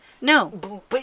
No